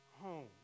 home